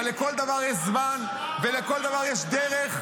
אבל לכל דבר יש זמן ולכל דבר יש דרך,